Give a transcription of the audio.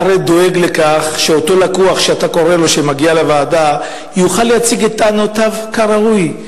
הרי אתה דואג לכך שאותו לקוח שמגיע לוועדה יוכל להציג את טענותיו כראוי,